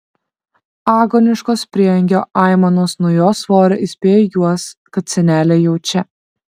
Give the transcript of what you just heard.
agoniškos prieangio aimanos nuo jos svorio įspėjo juos kad senelė jau čia